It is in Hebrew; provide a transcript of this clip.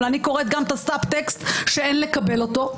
אבל אני קוראת גם את הסאבטקסט, שאין לקבל אותו.